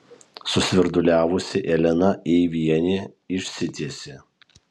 susvirduliavusi elena eivienė išsitiesė